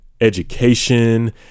education